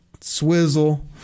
Swizzle